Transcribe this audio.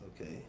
okay